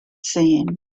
seen